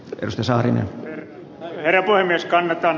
esa saarinen kertoi myös kannetaan